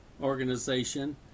Organization